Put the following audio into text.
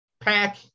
Pack